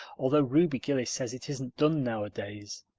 although ruby gillis says it isn't done nowadays.